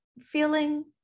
feeling